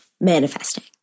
manifesting